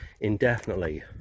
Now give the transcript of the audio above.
indefinitely